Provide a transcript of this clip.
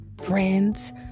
friends